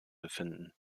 befinden